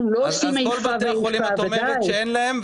כל בתי החולים, את אומרת שאם אין להם,